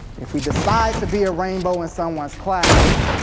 if we decide to be a rainbow in someone's cloud,